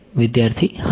વિદ્યાર્થી હા